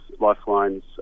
Lifeline's